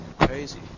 crazy